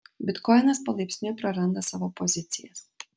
bitkoinas palaipsniui praranda savo pozicijas